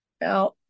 Now